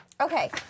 Okay